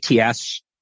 ATS